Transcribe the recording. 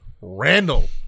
Randall